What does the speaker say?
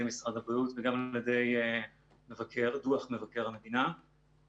משרד הבריאות וגם על ידי דוח מבקר המדינה.